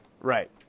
Right